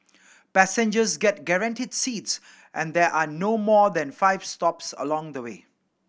passengers get guaranteed seats and there are no more than five stops along the way